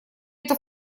это